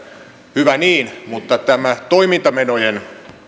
hyvä niin mutta tämä toimintamenojen